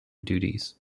duties